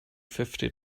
fifty